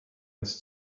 ins